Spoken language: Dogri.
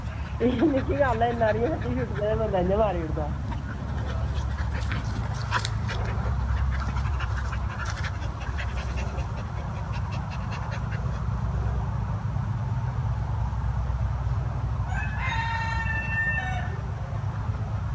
केह् गल्ल ऐ सर जी इन्नी हारी छुट्टियां बंदा इंया मारी ओड़दा